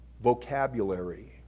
vocabulary